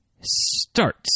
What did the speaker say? starts